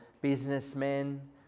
businessmen